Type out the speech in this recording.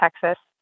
Texas